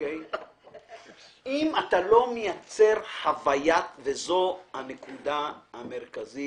אם אתה לא מייצר חוויה, וזו הנקודה המרכזית